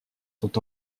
sont